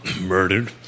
murdered